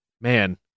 Man